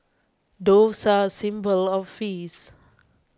doves are a symbol of face